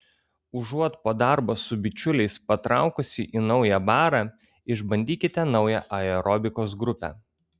užuot po darbo su bičiuliais patraukusi į naują barą išbandykite naują aerobikos grupę